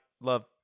love